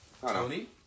Tony